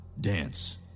dance